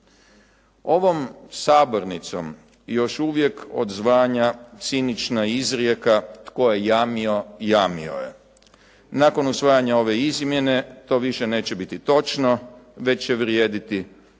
Ovom sabornicom još uvijek odzvanja cinična izrijeka tko je jamio jamio je. Nakon usvajanja ove izmjene to više neće biti točno, već će vrijediti tko